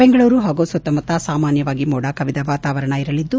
ಬೆಂಗಳೂರು ಹಾಗೂ ಸುತ್ತಮುತ್ತ ಸಾಮಾನ್ಯವಾಗಿ ಮೋಡ ಕವಿದ ವಾತವಾರಣವಿರಲಿದ್ದು